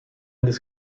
this